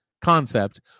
concept